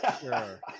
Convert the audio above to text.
Sure